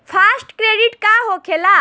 Fast credit का होखेला?